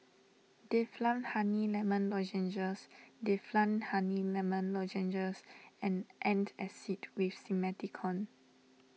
Difflam Honey Lemon Lozenges Difflam Honey Lemon Lozenges and Antacid with Simethicone